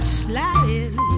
sliding